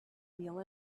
kneel